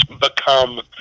become